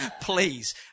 Please